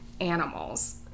animals